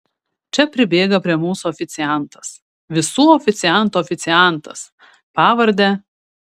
čia pribėga prie mūsų oficiantas visų oficiantų oficiantas pavarde